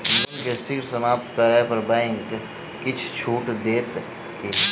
loan केँ शीघ्र समाप्त करै पर बैंक किछ छुट देत की